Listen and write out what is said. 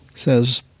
Says